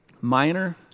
Minor